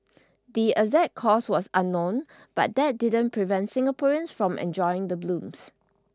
the exact cause was unknown but that didn't prevent Singaporeans from enjoying the blooms